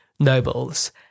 nobles